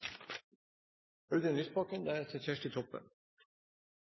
Audun Lysbakken